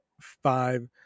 five